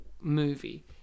movie